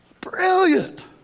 brilliant